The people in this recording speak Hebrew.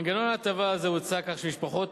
מנגנון הטבה זה הוצע כך שמשפחות